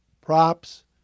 Props